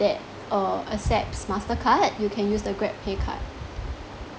that uh accepts mastercard you can use the grabpay card